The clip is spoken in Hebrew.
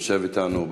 שיושב אתנו.